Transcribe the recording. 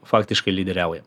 faktiškai lyderiaujam